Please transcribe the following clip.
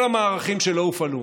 עם כל המערכים שלא הופעלו.